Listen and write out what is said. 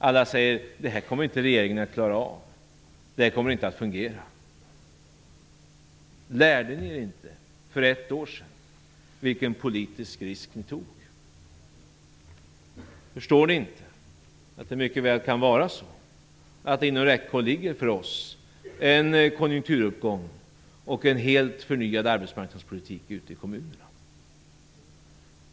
Alla säger: Det här kommer regeringen inte att klara av. Det här kommer inte att fungera. Men lärde ni er inte för ett år sedan vilken politisk risk ni tog? Förstår ni inte att det mycket väl kan vara så att det inom räckhåll för oss ligger en konjunkturuppgång och en helt förnyad arbetsmarknadspolitik ute i kommunerna?